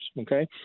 Okay